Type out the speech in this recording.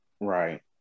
right